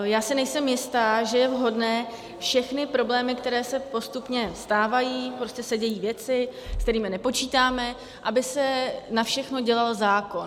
Já si nejsem jista, že je vhodné všechny problémy, které se postupně stávají, prostě se dějí věci, s kterými nepočítáme, aby se na všechno dělal zákon.